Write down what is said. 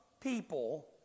people